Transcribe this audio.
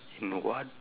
know what